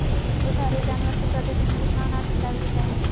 दुधारू जानवर के प्रतिदिन कितना अनाज खिलावे के चाही?